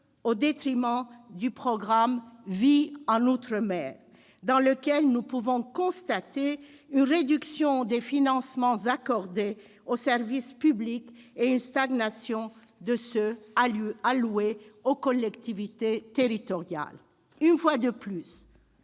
au détriment du programme « Conditions de vie outre-mer », au sein duquel nous constatons une réduction des financements accordés aux services publics et une stagnation de ceux alloués aux collectivités territoriales. Une fois de plus,